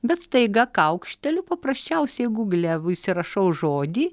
bet staiga kaukšteliu paprasčiausiai gugle įsirašau žodį